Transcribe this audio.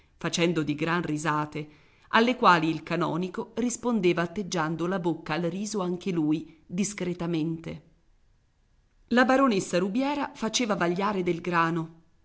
facendo di gran risate alle quali il canonico rispondeva atteggiando la bocca al riso anche lui discretamente la baronessa rubiera faceva vagliare del grano